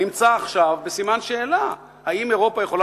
נמצא עכשיו בסימן שאלה: האם אירופה יכולה